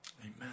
Amen